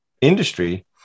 industry